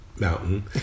mountain